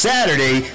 Saturday